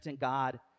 God